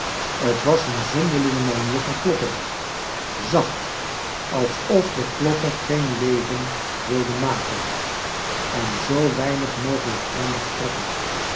t was een zonderlinge manier van kloppen zacht alsof de klopper geen leven wilde maken en zoo weinig mogelijk aandacht trekken